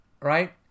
right